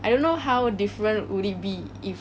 I don't know how different would it be if